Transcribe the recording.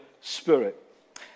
Spirit